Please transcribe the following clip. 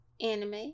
anime